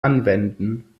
anwenden